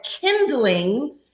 kindling